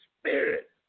spirit